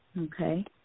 Okay